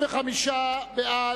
65 בעד,